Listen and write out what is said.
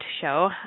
show